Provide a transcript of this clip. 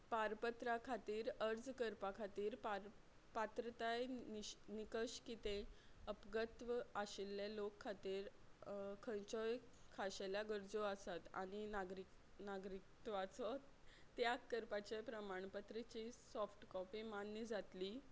पारपत्रा खातीर अर्ज करपा खातीर पार पात्रताय निश निकश कितें अपंगत्व आशिल्ले लोकां खातीर खंयच्योय खाशेल्या गरजो आसात आनी नागरीक नागरिकत्वाचो त्याग करपाचे प्रमाणपत्रची सॉफ्ट कॉपी मान्य जातली